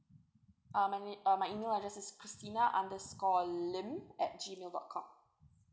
uh my e~ uh my email address is christina underscore lim at G mail dot com